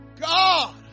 God